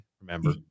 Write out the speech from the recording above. remember